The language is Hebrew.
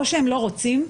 או שהם לא רוצים,